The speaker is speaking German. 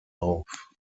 auf